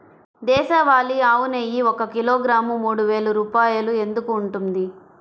దేశవాళీ ఆవు నెయ్యి ఒక కిలోగ్రాము మూడు వేలు రూపాయలు ఎందుకు ఉంటుంది?